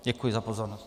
Děkuji za pozornost.